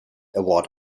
award